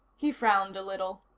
he frowned a little.